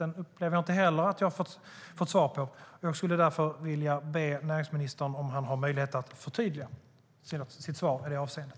De frågorna har jag inte fått svar på. Jag vill därför be näringsministern att förtydliga sitt svar i det avseendet.